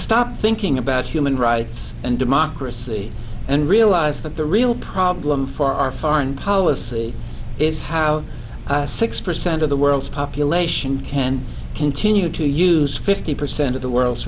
stop thinking about human rights and democracy and realize that the real problem for our foreign policy is how six percent of the world's population can continue to use fifty percent of the world's